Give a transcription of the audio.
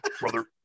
brother